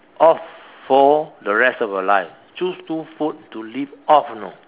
off for the rest of your life choose two food to live off you know